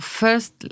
first